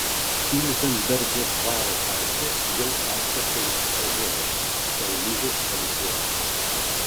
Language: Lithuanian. ilzenbergo dvaro parke jau auga penki ąžuolai stelmužės palikuonys